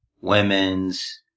women's